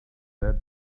that